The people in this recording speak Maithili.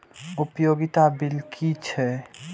उपयोगिता बिल कि छै?